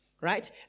right